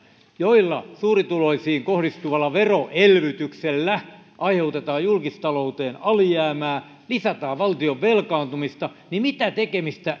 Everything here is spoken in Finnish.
joilla suurituloisiin kohdistuvalla veroelvytyksellä aiheutetaan julkistalouteen alijäämää ja lisätään valtion velkaantumista niin mitä tekemistä